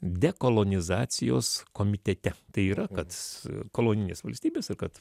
dekolonizacijos komitete tai yra kad kolonijinės valstybės ir kad